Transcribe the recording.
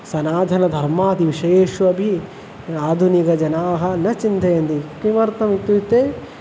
सनातनधर्मादिविषयेष्वपि आधुनिकजनाः न चिन्तयन्ति किमर्थम् इत्युक्ते